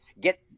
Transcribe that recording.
get